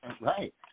Right